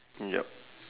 yup